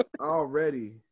Already